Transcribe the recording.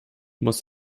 muss